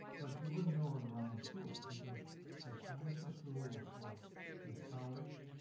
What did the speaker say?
but you wouldn't know it around the school because his time at the school was for his colleagues,